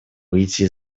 выйти